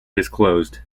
disclosed